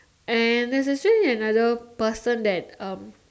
and there's actually another person that um